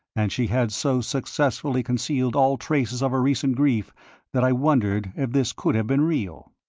and she had so successfully concealed all traces of her recent grief that i wondered if this could have been real.